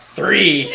three